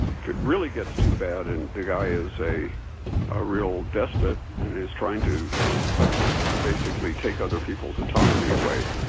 if it really gets too bad and the guy is a ah real despot and is trying to basically take other people's autonomy away,